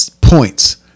points